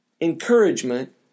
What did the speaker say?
encouragement